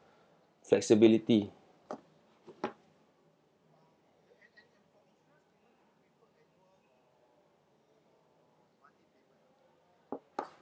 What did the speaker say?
flexibility